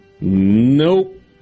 Nope